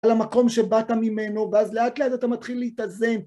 על המקום שבאת ממנו ואז לאט לאט אתה מתחיל להתאזן